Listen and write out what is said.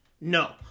No